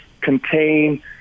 contain